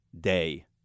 day